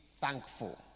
thankful